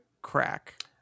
crack